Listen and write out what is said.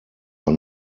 are